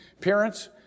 Parents